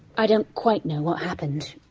i don't quite know what happened.